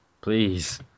please